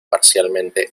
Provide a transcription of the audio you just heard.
parcialmente